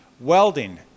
welding